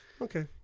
Okay